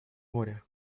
море